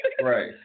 Right